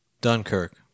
Dunkirk